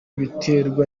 biterwa